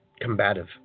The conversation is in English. combative